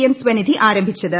M Svanidhi ആരംഭിച്ചത്